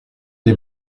des